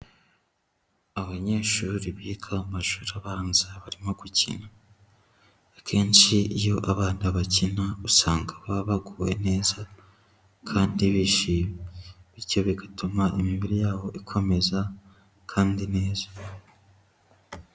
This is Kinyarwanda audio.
Abanyeshuri biga amashuri abanza barimo gukina, akenshi iyo abana bakina usanga baba baguwe neza kandi bishimye, bityo bigatuma imibiri yabo ikomeza kandi neza.